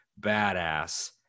badass